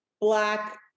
Black